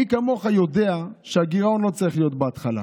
מי כמוך יודע שהגירעון לא צריך להיות בהתחלה.